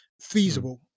feasible